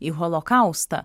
į holokaustą